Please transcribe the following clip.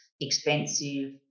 expensive